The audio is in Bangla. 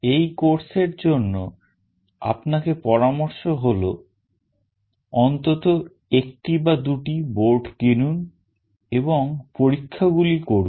এই কোর্সের জন্য আপনাকে পরামর্শ হলো অন্তত একটি বা দুটি board কিনুন এবং পরীক্ষাগুলি করুন